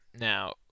Now